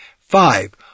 Five